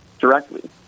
directly